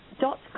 dot